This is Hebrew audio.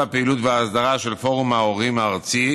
הפעילות וההסדרה של פורום ההורים הארצי,